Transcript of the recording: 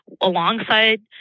alongside